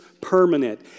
permanent